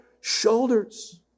shoulders